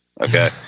okay